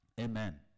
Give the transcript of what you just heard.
Amen